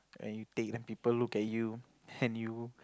when you take people look at you and you